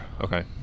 okay